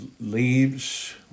leaves